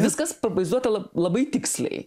viskas pavaizduota la labai tiksliai